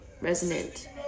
resonant